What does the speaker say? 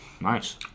Nice